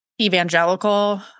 evangelical